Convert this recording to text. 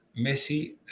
Messi